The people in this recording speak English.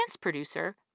producer